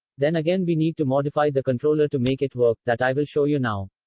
then again, we need to modify the controller to make it work. that i will show you now.